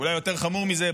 ואולי יותר חמור מזה,